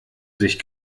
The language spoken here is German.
sich